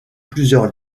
plusieurs